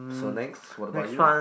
so next what about you